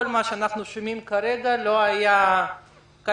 כל מה שאנחנו שומעים כרגע לא היה קיים